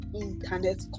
internet